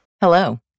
Hello